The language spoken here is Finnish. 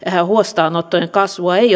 huostaanottojen kasvua ei